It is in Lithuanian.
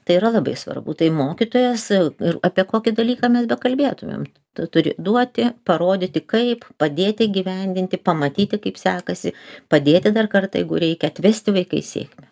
tai yra labai svarbu tai mokytojas ir apie kokį dalyką mes bekalbėtumėm tu turi duoti parodyti kaip padėti įgyvendinti pamatyti kaip sekasi padėti dar kartą jeigu reikia atvesti vaiką į sėkmę